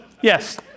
yes